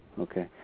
okay